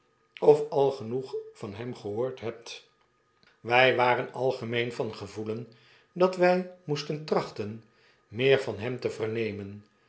of al genoeg van hem gehoord hebt wy waren algemeen van gevoelen dat wy moesten trachten meer van hem te vernemen